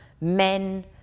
men